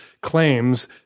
claims